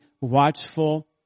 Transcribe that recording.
watchful